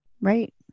right